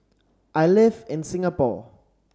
I live in Singapore